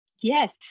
Yes